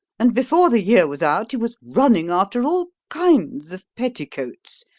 and before the year was out, he was running after all kinds of petticoats,